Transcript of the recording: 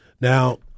Now